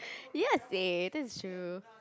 ya same that's true